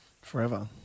Forever